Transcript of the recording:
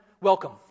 welcome